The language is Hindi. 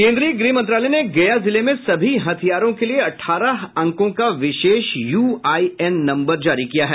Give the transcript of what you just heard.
केंद्रीय गृह मंत्रालय ने गया जिले में सभी हथियारों के लिए अठारह अंकों का विशेष यूआईएन नंबर जारी किया है